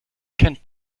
kennt